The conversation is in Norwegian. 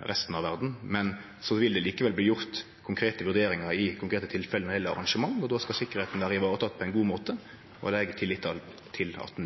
resten av verda. Men så vil det likevel bli gjort konkrete vurderingar i konkrete tilfelle når det gjeld arrangement, og då skal sikkerheita bli vareteken på ein god måte, og det har eg tillit til at ho